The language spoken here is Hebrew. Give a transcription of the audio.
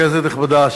כנסת נכבדה,